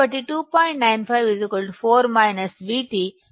95 4 VT